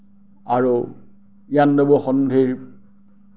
আৰু ইয়াণ্ডাবু সন্ধিৰ